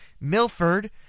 Milford